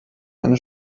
eine